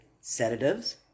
sedatives